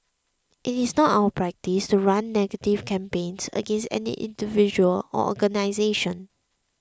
it is not our practice to run negative campaigns against any individual or organisation